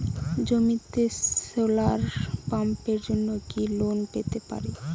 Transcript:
জমিতে সোলার পাম্পের জন্য কি লোন পেতে পারি?